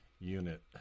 unit